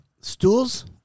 stools